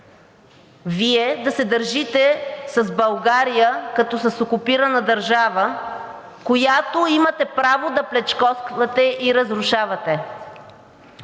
Вие да се държите с България като с окупирана държава, която имате право да плячкосвате и разрушавате?